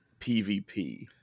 PvP